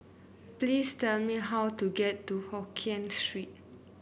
please tell me how to get to Hokien Street